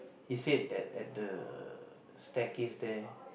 he said that at the staircase there